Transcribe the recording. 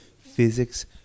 Physics